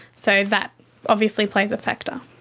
so that obviously plays a factor.